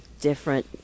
different